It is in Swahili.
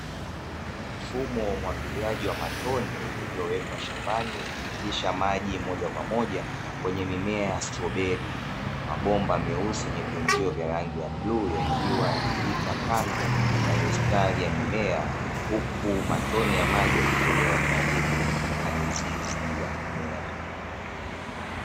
Mfumo wa umwagiliaji wa matone uliowekwa shambani ukipitisha maji moja kwa moja kwenye mimea ya stroberi. Mabomba meusi yenye viungio vya rangi ya bluu yakiwa yakipita kando ya mistari ya mimea huku matone ya maji yakitolewa karibu na mizizi ya mimea.